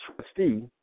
trustee